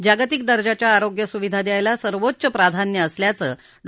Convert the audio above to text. जागतिक दर्जाच्या आरोग्य सुविधा द्यायला सर्वोच्च प्राधान्य असल्याचं डॉ